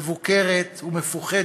מבוקרת ומפוחדת,